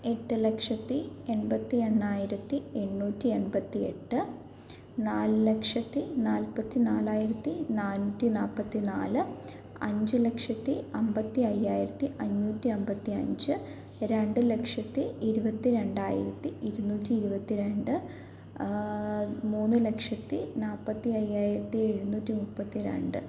എട്ട് ലക്ഷത്തി എൺപത്തി എണ്ണായിരത്തി എണ്ണൂറ്റി എൺപത്തി എട്ട് നാല് ലക്ഷത്തി നാൽപ്പത്തി നാലായിരത്തി നാന്നൂറ്റി നാൽപ്പത്തി നാല് അഞ്ച് ലക്ഷത്തി അൻപത്തി അയ്യായിരത്തി അഞ്ഞൂറ്റി അൻപത്തി അഞ്ച് രണ്ട് ലക്ഷത്തി ഇരുപത്തി രണ്ടായിരത്തി ഇരുന്നൂറ്റി ഇരുപത്തി രണ്ട് മൂന്ന് ലക്ഷത്തി നാൽപ്പത്തി അയ്യായിരത്തി എഴുനൂറ്റി മുപ്പത്തി രണ്ട്